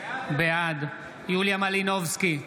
בעד יוליה מלינובסקי,